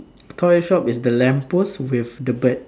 toy shop is the lamp post with the bird